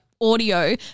audio